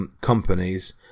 companies